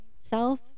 self